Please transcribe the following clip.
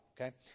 okay